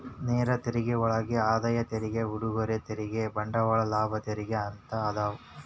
ನೇರ ತೆರಿಗೆಯೊಳಗ ಆದಾಯ ತೆರಿಗೆ ಉಡುಗೊರೆ ತೆರಿಗೆ ಬಂಡವಾಳ ಲಾಭ ತೆರಿಗೆ ಅಂತ ಅದಾವ